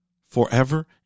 forever